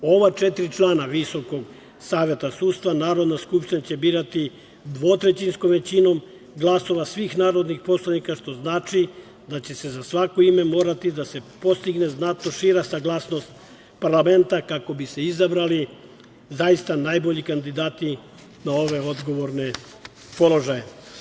Ova četiri člana Visokog saveta sudstva Narodna skupština će birati dvotrećinskom većinom glasova svih narodnih poslanika, što znači da će se za svako ime morati da se postigne znatno šira saglasnost parlamenta kako bi se izabrali zaista najbolji kandidati na ove odgovorne položaje.